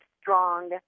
strong